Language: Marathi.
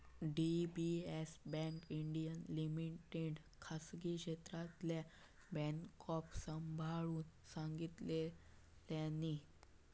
डी.बी.एस बँक इंडीया लिमिटेडका खासगी क्षेत्रातल्या बॅन्कांका सांभाळूक सांगितल्यानी